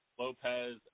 Lopez